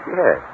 Yes